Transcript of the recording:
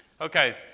Okay